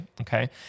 Okay